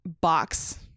box